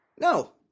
no